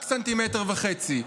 רק סנטימטר וחצי.